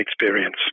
experience